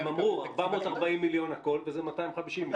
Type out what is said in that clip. הם אמרו: 440 מיליון הכול וזה 250 מיליון.